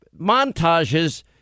montages